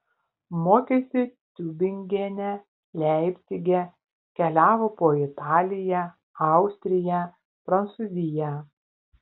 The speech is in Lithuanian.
mokėsi tiubingene leipcige keliavo po italiją austriją prancūziją